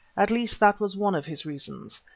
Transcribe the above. at least, that was one of his reasons.